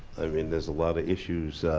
i mean there's a lot of issues